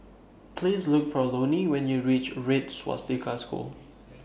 Please Look For Loni when YOU REACH Red Swastika School